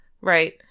right